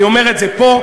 אני אומר את זה פה,